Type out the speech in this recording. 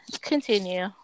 continue